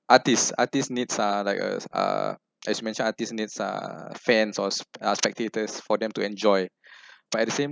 artist artist needs uh like a uh as mentioned artist needs uh fans or spectators for them to enjoy but at the same